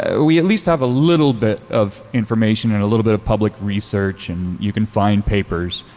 ah we at least have a little bit of information and a little bit of public research and you can find papers.